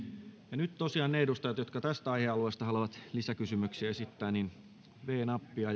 nyt pyydän tosiaan niitä edustajia jotka tästä aihealueesta haluavat lisäkysymyksiä esittää painamaan viides nappia